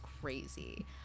crazy